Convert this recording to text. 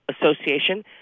Association